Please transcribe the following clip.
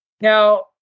Now